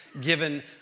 given